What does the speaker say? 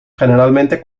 generalmente